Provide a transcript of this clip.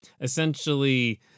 essentially